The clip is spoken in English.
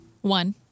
One